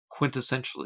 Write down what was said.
quintessentially